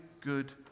good